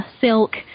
Silk